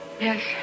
Yes